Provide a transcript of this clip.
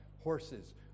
horses